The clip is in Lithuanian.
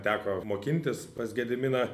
teko mokintis pas gediminą